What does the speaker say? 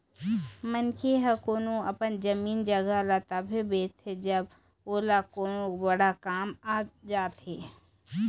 मनखे ह कोनो अपन जमीन जघा ल तभे बेचथे जब ओला कोनो बड़का काम आ जाथे